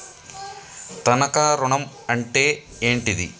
తనఖా ఋణం అంటే ఏంటిది?